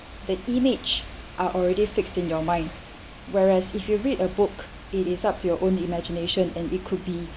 the image are already fixed in your mind whereas if you read a book it is up to your own imagination and it could be